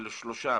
שלושה,